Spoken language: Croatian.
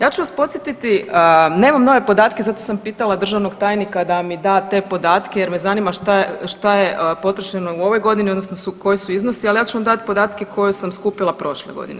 Ja ću vas podsjetiti, nemam nove podatke zato sam pitala državnog tajnika da mi da te podatke jer me zanima šta je potrošeno u ovoj godini odnosno koji su iznosi, ali ja ću vam dati podatke koje sam skupila prošle godine.